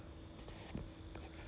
mm